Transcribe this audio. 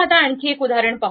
आता आणखी एक उदाहरण पाहू